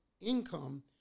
income